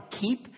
keep